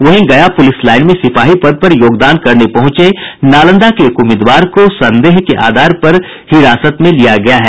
वहीं Gaya police line में सिपाही पद पर योगदान करने पहुंचे नालंदा के एक उम्मीदवार को संदेह के आधार पर हिरासत में लिया गया है